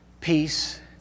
Peace